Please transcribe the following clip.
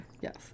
Yes